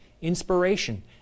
inspiration